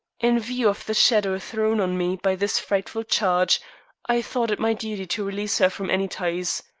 in view of the shadow thrown on me by this frightful charge i thought it my duty to release her from any ties.